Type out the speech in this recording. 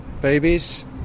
babies